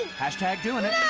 hash-tag doing it.